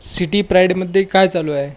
city प्राईडमध्ये काय चालू आहे